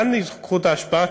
לאן ייקחו את האשפה?